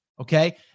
okay